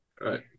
Right